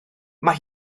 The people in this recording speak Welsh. mae